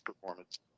performance